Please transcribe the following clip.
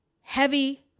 heavy